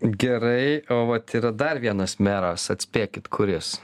gerai o vat yra dar vienas meras atspėkit kuris